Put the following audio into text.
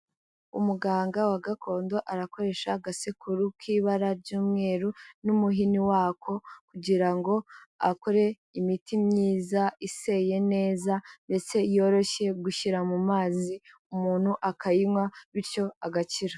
Umuganga wa gakondo arakoresha agasekuru k'ibara ry'umweru n'umuhini wako kugira ngo. akore imiti myiza iseye neza, ndetse yoroshye gushyira mu mazi umuntu akayinywa bityo agakira.